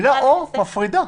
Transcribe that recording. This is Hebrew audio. המילה "או" מפרידה.